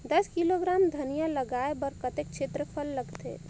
दस किलोग्राम धनिया लगाय बर कतेक क्षेत्रफल लगथे?